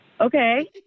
Okay